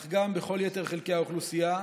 אך גם בכל יתר חלקי האוכלוסייה.